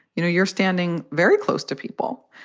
you know you're standing very close to people.